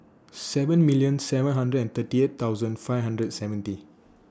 seven million seven hundred and thirty eight thousand five hundred and seventy